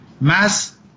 Mass